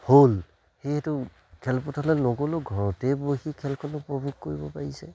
হ'ল সেইহেতু খেলপথাৰলৈ লগ'লেও ঘৰতেই বহি খেলখন উপভোগ কৰিব পাৰিছে